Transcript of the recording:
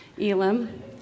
Elam